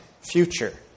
future